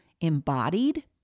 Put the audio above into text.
embodied